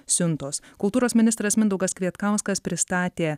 siuntos kultūros ministras mindaugas kvietkauskas pristatė